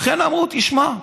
לכן אמרו: תשמע,